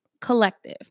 Collective